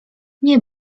nie